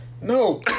no